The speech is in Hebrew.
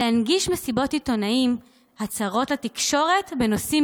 להנגיש מסיבות עיתונאים והצהרות לתקשורת בנושאים